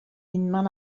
unman